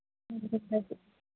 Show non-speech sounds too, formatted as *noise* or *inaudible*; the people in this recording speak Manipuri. *unintelligible*